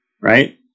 right